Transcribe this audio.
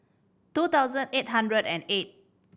two thousand eight hundred and eight